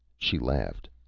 she laughed.